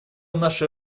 нашей